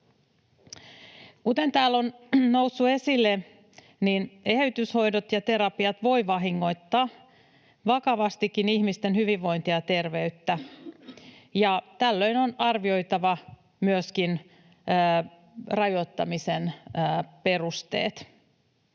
Kuten täällä on noussut esille, eheytyshoidot ja ‑terapiat voivat vahingoittaa vakavastikin ihmisten hyvinvointia ja terveyttä, ja tällöin on arvioitava myöskin rajoittamisen perusteet.